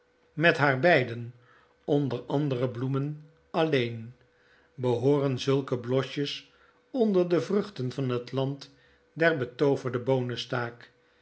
met haar beiden onder de andere bloemen alleen behooren zulke blosjes onder de vruchten van het land der betooverde